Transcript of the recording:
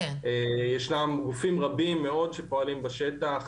ישנם גופים רבים מאוד שפועלים בשטח